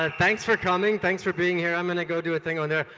ah thanks for coming. thanks for being here. i'm going to go do a thing over there.